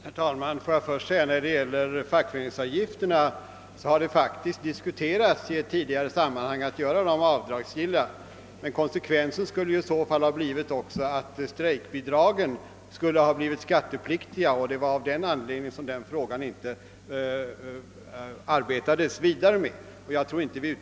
Herr talman! Får jag först beträffande fackföreningsavgifterna säga att det i tidigare sammanhang faktiskt har diskuterats om att göra dem avdragsgilla. Men konsekvensen skulle i så fall ha blivit att strejkbidragen skulle blivit skattepliktiga. Det var av denna anledning som man inte arbetade vidare med denna fråga.